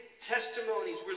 testimonies